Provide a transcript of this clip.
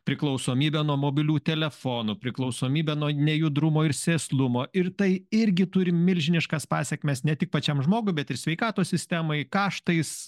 priklausomybę nuo mobilių telefonų priklausomybę nuo nejudrumo ir sėslumo ir tai irgi turi milžiniškas pasekmes ne tik pačiam žmogui bet ir sveikatos sistemai kaštais